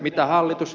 mitä hallitus